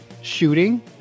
shooting